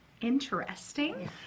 interesting